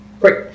Great